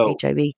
HIV